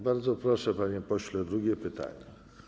Bardzo proszę, panie pośle, drugie pytanie.